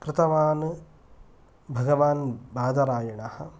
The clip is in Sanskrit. कृतवान् भगवान् बादरायणः